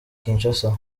kinshasa